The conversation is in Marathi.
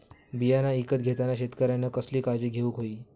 बियाणा ईकत घेताना शेतकऱ्यानं कसली काळजी घेऊक होई?